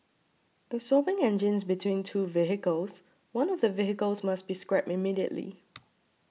if swapping engines between two vehicles one of the vehicles must be scrapped immediately